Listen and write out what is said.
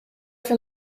from